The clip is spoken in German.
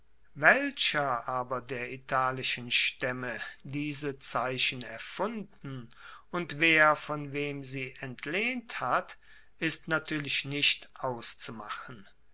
welcher aber der italischen staemme diese zeichen erfunden und wer von wem sie entlehnt hat ist natuerlich nicht auszumachen